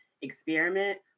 experiment